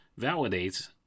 validates